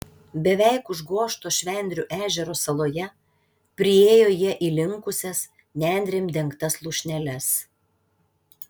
beveik užgožto švendrių ežero saloje priėjo jie įlinkusias nendrėm dengtas lūšneles